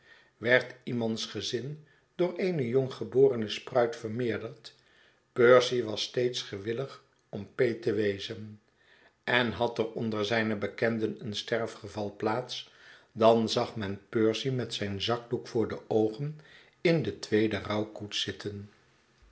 werd iemands gezin door eene jonggeborene spruit vermeerderd percy was steeds gewillig om peet te wezen en had er onder zijne bekenden een sterfgeval plaats dan zag men percy met zijn zakdoek voor de oogen in de tweede rouwkoets zitten